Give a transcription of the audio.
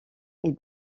est